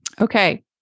Okay